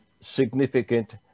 significant